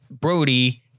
Brody